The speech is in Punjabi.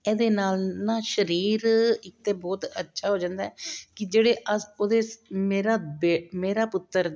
ਇਹਦੇ ਨਾਲ ਨਾ ਸਰੀਰ ਇੱਕ ਤਾਂ ਬਹੁਤ ਅੱਛਾ ਹੋ ਜਾਂਦਾ ਕਿ ਜਿਹੜੇ ਉਹਦੇ ਮੇਰਾ ਬੇ ਮੇਰਾ ਪੁੱਤਰ